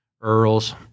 Earl's